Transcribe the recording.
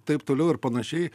taip toliau ir panašiai